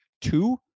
two